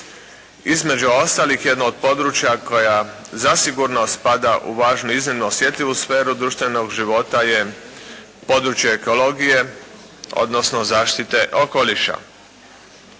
Između ostalih jedno od područja koja zasigurno spada u važnu, iznimno osjetljivu sferu društvenog života je područje ekologije odnosno zaštite okoliša.